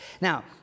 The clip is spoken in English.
Now